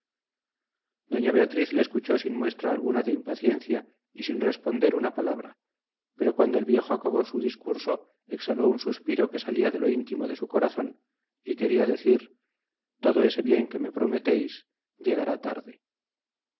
doña beatriz le escuchó sin muestra alguna de impaciencia y sin responder una palabra pero cuando el viejo acabó su discurso exhaló un suspiro que salía de lo íntimo de su corazón y quería decir todo ese bien que me prometéis llegará tarde